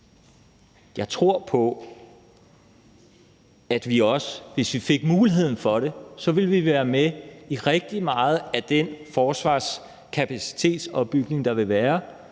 Jeg tror på, at vi også, hvis vi fik mulighed for det, ville være med i rigtig meget af den forsvarskapacitetsopbygning, der ville være,